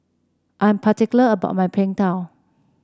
I am particular about my Png Tao